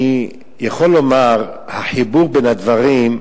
אני יכול לומר, החיבור בין הדברים,